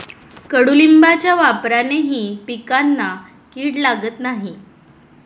कडुलिंबाच्या वापरानेही पिकांना कीड लागत नाही